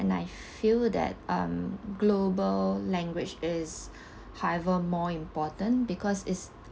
and I feel that um global language is however more important because it's